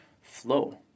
flow